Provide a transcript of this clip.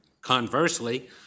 Conversely